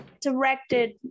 directed